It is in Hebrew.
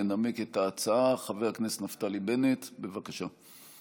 ינמק את ההצעה חבר הכנסת נפתלי בנט, בבקשה.